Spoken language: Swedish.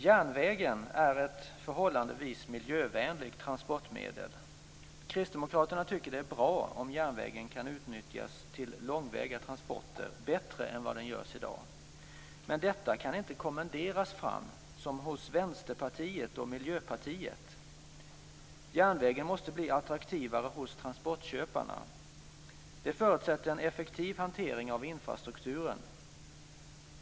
Järnvägen är ett förhållandevis miljövänligt transportmedel. Kristdemokraterna tycker att det är bra om järnvägen kan utnyttjas till långväga transporter bättre än vad som görs i dag. Men detta kan inte kommenderas fram, som hos Vänsterpartiet och Miljöpartiet. Järnvägen måste bli attraktivare hos transportköparna. Det förutsätter en effektiv hantering av infrastrukturen.